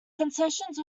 concessions